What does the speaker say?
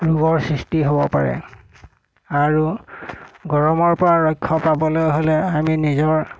ৰোগৰ সৃষ্টি হ'ব পাৰে আৰু গৰমৰ পৰা ৰক্ষা পাবলৈ হ'লে আমি নিজৰ